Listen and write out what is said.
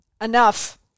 enough